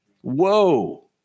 Whoa